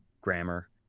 grammar